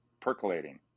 Percolating